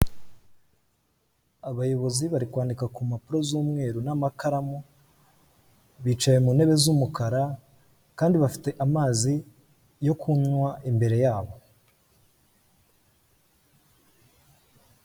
Abayobozi bari kwandika ku mpapuro z'umweru n'amakaramu bicaye mu ntebe z'umukara kandi bafite amazi yo kunywa imbere yabo.